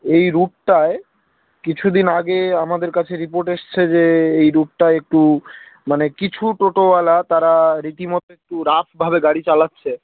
এই রুটটায় কিছু দিন আগে আমাদের কাছে রিপোর্ট এসছে যে এই রুটটায় একটু মানে কিছু টোটোওয়ালা তারা রীতিমতো একটু রাফভাবে গাড়ি চালাচ্ছে